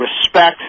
respect